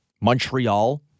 Montreal